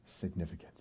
significance